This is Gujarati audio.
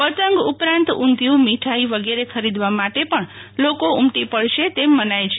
પતંગ ઉપરાંત ઉધીયું મીઠાઈ વગેરે ખરીદવા માટે પજ્ઞ લોકો ઉમટી પડશે તેમ મનાય છે